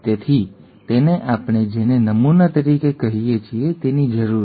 તેથી તેને આપણે જેને નમૂના તરીકે કહીએ છીએ તેની જરૂર છે